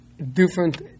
different